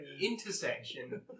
intersection